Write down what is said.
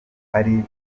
ari